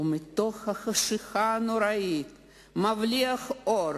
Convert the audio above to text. ומתוך החשכה הנוראית הבליח אור.